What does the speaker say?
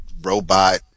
robot